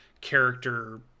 character